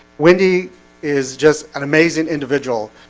wendy is just an amazing individual